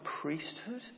priesthood